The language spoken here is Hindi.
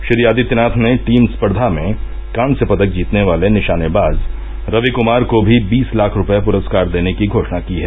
श्री आदित्यनाथ ने टीम स्पर्धा में कांस्य पदक जीतने वाले निशानेबाज रवि कुमार को भी बीस लाख रुपए पुरस्कार देने की घोषणा की है